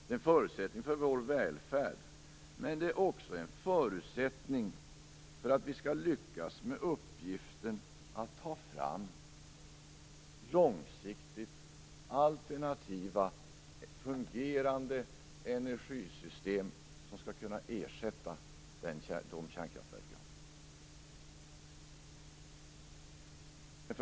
Det är förutsättningen för vår välfärd, men det är också en förutsättning för att vi skall lyckas med uppgiften att ta fram långsiktigt alternativa fungerande energisystem som skall kunna ersätta de kärnkraftverk vi har.